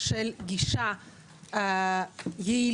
של גישה יעילה